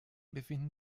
befinden